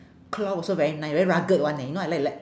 cloth also very nice very rugged [one] leh you know I like like